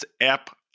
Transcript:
app